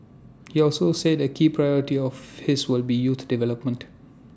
he also said A key priority of his will be youth development